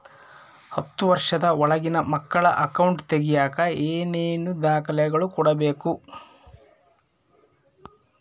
ಹತ್ತುವಷ೯ದ ಒಳಗಿನ ಮಕ್ಕಳ ಅಕೌಂಟ್ ತಗಿಯಾಕ ಏನೇನು ದಾಖಲೆ ಕೊಡಬೇಕು?